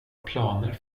planer